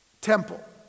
temple